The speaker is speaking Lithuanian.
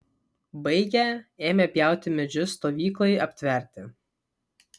baigę ėmė pjauti medžius stovyklai aptverti